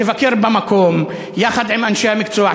תבקר במקום יחד עם אנשי המקצוע,